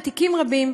בתיקים רבים,